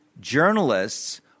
journalists